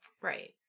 Right